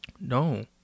No